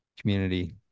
community